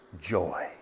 Joy